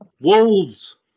Wolves